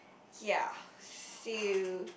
ya see you